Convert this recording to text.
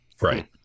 Right